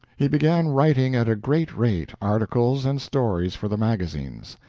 he began writing at a great rate articles and stories for the magazines.